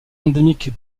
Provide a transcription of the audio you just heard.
endémique